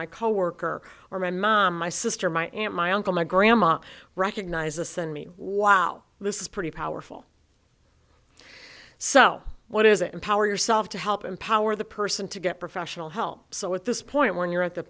my coworker or my mom my sister my aunt my uncle my grandma recognize this than me wow this is pretty powerful so what is it empower yourself to help empower the person to get professional help so at this point when you're at the